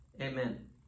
Amen